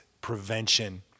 prevention